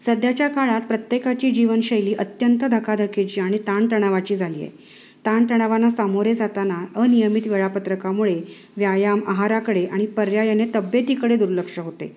सध्याच्या काळात प्रत्येकाची जीवनशैली अत्यंत धकाधकीची आणि ताणतणावाची झाली आहे ताणतणावांना सामोरे जाताना अनियमित वेळापत्रकामुळे व्यायाम आहाराकडे आणि पर्यायने तब्येतीकडे दुर्लक्ष होते